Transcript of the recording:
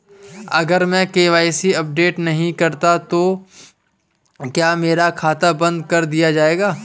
अगर मैं KYC update नहीं करता तो क्या मेरा खाता बंद कर दिया जाएगा?